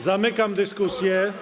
Zamykam dyskusję.